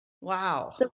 Wow